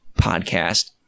podcast